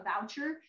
voucher